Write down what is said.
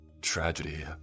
Tragedy